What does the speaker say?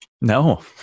No